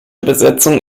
besetzung